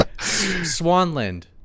Swanland